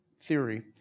theory